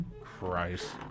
Christ